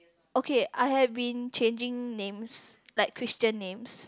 okay I have been changing names like christian names